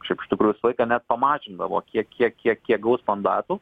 šiaip iš tikrųjų visą laiką net pamažindavo kiek kiek kiek kiek gaus mandatų